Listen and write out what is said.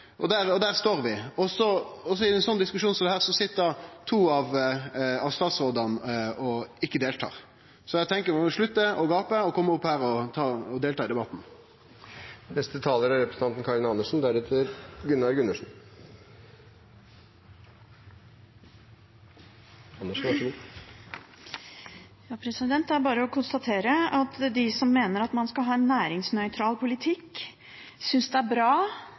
område der ein må vere fremst. Dersom ein kjem etter, er ein rett og slett for sein. Der står vi. Og i ein slik debatt sit to av statsrådane her og ikkje deltek. Eg tenkjer at ein må slutte å gape og kome opp her og delta i debatten. Det er bare å konstatere at de som mener at man skal ha en næringsnøytral politikk, synes det er bra